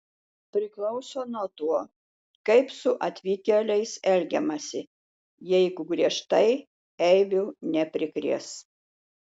priklauso nuo to kaip su atvykėliais elgiamasi jeigu griežtai eibių neprikrės